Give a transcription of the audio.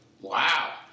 Wow